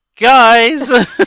guys